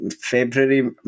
February